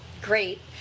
great